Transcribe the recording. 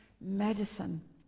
medicine